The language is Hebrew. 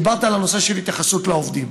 דיברת על הנושא של התייחסות לעובדים,